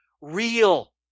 real